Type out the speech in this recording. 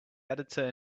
editor